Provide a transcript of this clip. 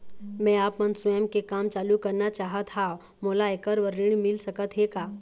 मैं आपमन स्वयं के काम चालू करना चाहत हाव, मोला ऐकर बर ऋण मिल सकत हे का?